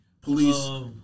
Police